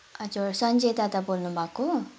हजुर सञ्जय दादा बोल्नुभएको